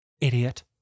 Idiot